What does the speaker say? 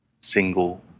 single